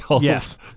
Yes